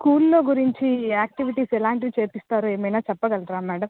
స్కూల్లో గురించి యాక్టివిటీస్ ఎలాంటివి చేయిస్తారు ఏమైనా చెప్పగలరా మేడం